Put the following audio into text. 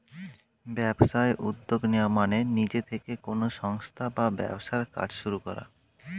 ব্যবসায় উদ্যোগ নেওয়া মানে নিজে থেকে কোনো সংস্থা বা ব্যবসার কাজ শুরু করা